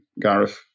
Gareth